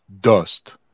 Dust